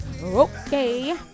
Okay